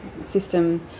system